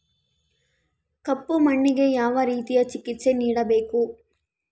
ಕಪ್ಪು ಮಣ್ಣಿಗೆ ಯಾವ ರೇತಿಯ ಚಿಕಿತ್ಸೆ ನೇಡಬೇಕು?